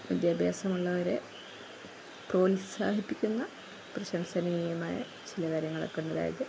വിദ്യാഭ്യാസമുള്ളവരെ പ്രോത്സാഹിപ്പിക്കുന്ന പ്രശംസനീയമായ ചില കാര്യങ്ങളൊക്കെ ഉള്ളതായിട്ട്